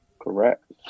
Correct